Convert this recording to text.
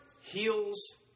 heals